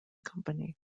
company